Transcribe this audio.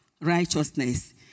righteousness